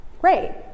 great